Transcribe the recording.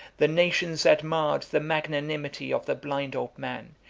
the nations admired the magnanimity of the blind old man,